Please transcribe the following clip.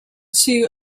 two